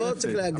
לא צריך להגזים.